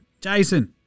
Jason